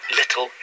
little